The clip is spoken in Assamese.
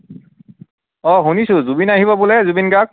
অ শুনিছোঁ জুবিন আহিব বোলে জুবিন গাৰ্গ